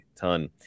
ton